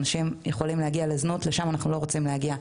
אנשים יכולים להגיע לזנות ולשם אנחנו לא רוצים להגיע.